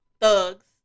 thugs